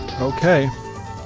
okay